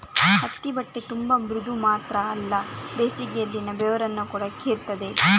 ಹತ್ತಿ ಬಟ್ಟೆ ತುಂಬಾ ಮೃದು ಮಾತ್ರ ಅಲ್ಲ ಬೇಸಿಗೆನಲ್ಲಿ ಬೆವರನ್ನ ಕೂಡಾ ಹೀರ್ತದೆ